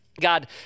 God